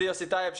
טייב,